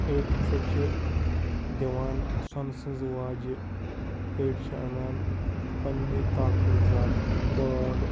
أڑۍ ہَسا چھِ دِوان سۄنہٕ سٕنٛز واجہِ أڑۍ چھِ اَنان پننہِ طاقتہٕ حِساب پونٛڈ